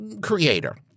creator